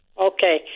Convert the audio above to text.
Okay